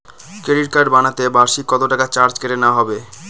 Credit card বানালে বার্ষিক কত টাকা চার্জ কেটে নেওয়া হবে?